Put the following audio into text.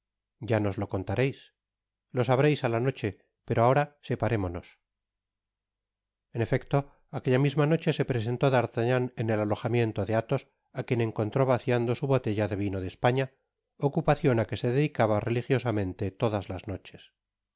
ya nos lo contareis lo sabreis á la noche pero por ahora separémonos en efecto aquella misma noche se presentó d'artagnan en el alojamiento de athos á quien encontró vaciando su botella de vino de españa ocupacion á que se dedicaba religiosamente todas las noches